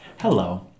Hello